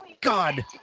God